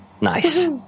nice